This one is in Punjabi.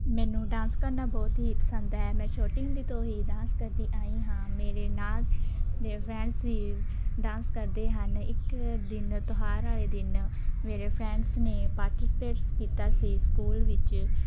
ਮੈਨੂੰ ਡਾਂਸ ਕਰਨਾ ਬਹੁਤ ਹੀ ਪਸੰਦ ਹੈ ਮੈਂ ਛੋਟੀ ਹੁੰਦੀ ਤੋਂ ਹੀ ਡਾਂਸ ਕਰਦੀ ਆਈ ਹਾਂ ਮੇਰੇ ਨਾਲ ਦੇ ਫਰੈਂਡਸ ਵੀ ਡਾਂਸ ਕਰਦੇ ਹਨ ਇੱਕ ਦਿਨ ਤਿਉਹਾਰ ਵਾਲੇ ਦਿਨ ਮੇਰੇ ਫਰੈਂਡਸ ਨੇ ਪਾਰਟੀਸਪੇਟਸ ਕੀਤਾ ਸੀ ਸਕੂਲ ਵਿੱਚ